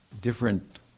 different